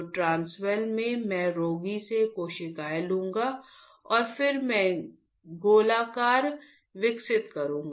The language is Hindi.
तो ट्रांसवेल में मैं रोगी से कोशिकाएं लूंगा और फिर मैं गोलाकार विकसित करूंगा